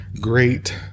great